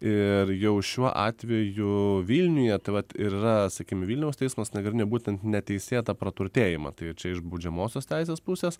ir jau šiuo atveju vilniuje tai vat ir yra sakykim vilniaus teismas nagrinėjo būtent neteisėtą praturtėjimą tai jau čia iš baudžiamosios teisės pusės